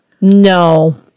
No